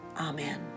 Amen